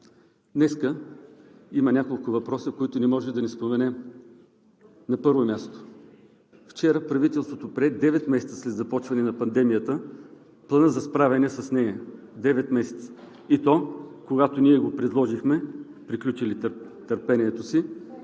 днес има няколко въпроса, които не може да не споменем. На първо място, вчера правителство прие – девет месеца след започване на пандемията, Плана за справяне с нея, девет месеца, и то, когато ние го предложихме, приключили търпението си,